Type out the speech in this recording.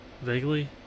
Vaguely